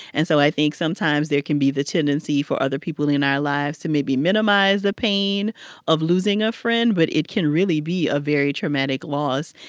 and so i think sometimes there can be the tendency for other people in our lives to maybe minimize the pain of losing a friend. but it can really be a very traumatic loss.